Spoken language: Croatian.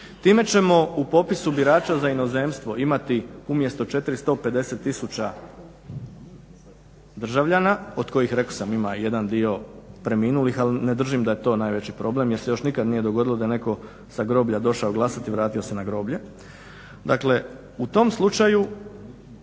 Time ćemo u popisu birača za inozemstvo imati umjesto 450 tisuća državljana od kojih rekao sam jedan dio preminulih ali ne držim da je to najveći problem jer se još nikada nije dogodilo da je netko sa groblja došao glasati i vratio se na groblje, dakle u tom slučaju